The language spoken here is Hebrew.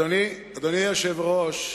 אדוני היושב-ראש,